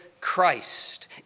Christ